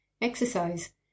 exercise